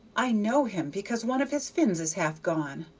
i know him because one of his fins is half gone.